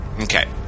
Okay